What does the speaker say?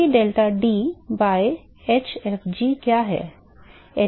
Cp delta d by hfg क्या है